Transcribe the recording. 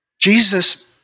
Jesus